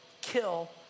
kill